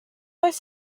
oes